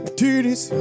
titties